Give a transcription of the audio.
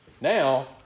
Now